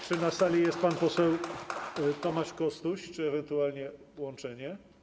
Czy na sali jest pan poseł Tomasz Kostuś, czy ewentualnie będzie łączenie?